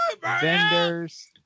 vendors